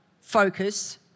focus